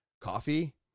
Coffee